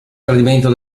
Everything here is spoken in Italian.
tradimento